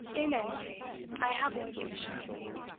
in any case, i have one condition to make,